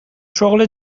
شغل